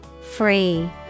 Free